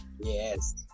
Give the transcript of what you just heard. yes